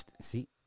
see